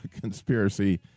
conspiracy